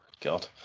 God